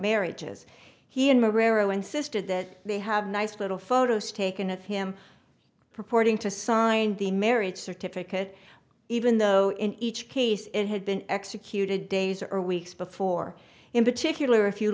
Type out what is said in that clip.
marriages he in morocco insisted that they have nice little photos taken of him purporting to sign the marriage certificate even though in each case it had been executed days or weeks before in particular if you